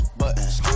buttons